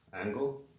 angle